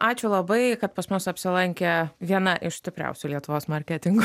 ačiū labai kad pas mus apsilankė viena iš stipriausių lietuvos marketingo